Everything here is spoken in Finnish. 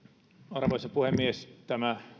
arvoisa puhemies tämä